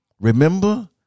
Remember